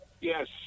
Yes